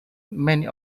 many